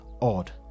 odd